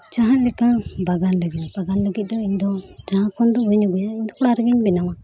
ᱡᱟᱦᱟᱸᱞᱮᱠᱟ ᱵᱟᱜᱟᱱ ᱞᱟᱹᱜᱤᱫ ᱵᱟᱜᱟᱱ ᱞᱟᱹᱜᱤᱫ ᱫᱚ ᱤᱧ ᱫᱚ ᱡᱟᱦᱟᱸ ᱠᱷᱚᱱ ᱫᱚ ᱵᱟᱹᱧ ᱟᱹᱜᱩᱭᱟ ᱤᱧ ᱫᱚ ᱚᱲᱟᱜ ᱨᱮᱜᱮᱧ ᱵᱮᱱᱟᱣᱟ